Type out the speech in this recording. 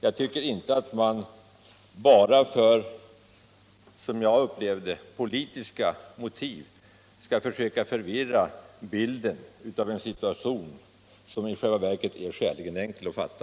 Jag tycker inte att man bara av politiska motiv skall försöka förvirra bilden av en situation som i själva verket är skäligen enkel att fatta.